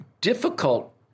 difficult